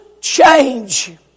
change